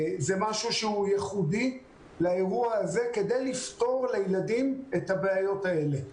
זה משהו שהוא ייחודי לאירוע הזה כדי לפתור לילדים את הבעיות האלה.